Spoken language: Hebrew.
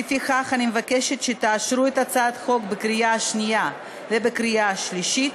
לפיכך אני מבקשת שתאשרו את הצעת החוק בקריאה השנייה ובקריאה השלישית,